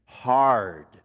hard